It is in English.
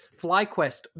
FlyQuest